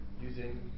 using